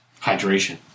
Hydration